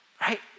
Right